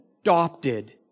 adopted